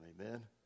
Amen